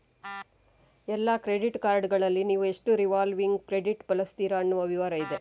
ಎಲ್ಲಾ ಕ್ರೆಡಿಟ್ ಕಾರ್ಡುಗಳಲ್ಲಿ ನೀವು ಎಷ್ಟು ರಿವಾಲ್ವಿಂಗ್ ಕ್ರೆಡಿಟ್ ಬಳಸ್ತೀರಿ ಅನ್ನುವ ವಿವರ ಇದೆ